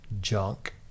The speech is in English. junk